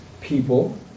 people